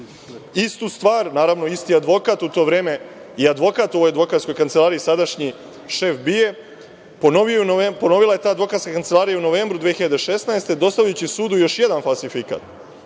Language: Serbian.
stvar, naravno isti advokat u to vreme i advokat u ovoj advokatskoj kancelariji, sadašnji šef BIA, ponovila je da advokatska kancelarija u novembru mesecu 2016. godine, dostavljajući sudu još jedan falsifikat.